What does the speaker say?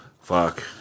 Fuck